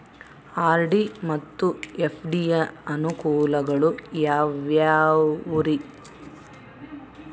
RD ಮತ್ತು FD ಯ ಅನುಕೂಲಗಳು ಯಾವ್ಯಾವುರಿ?